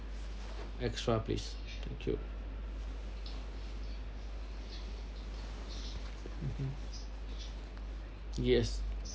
extra please thank you mmhmm yes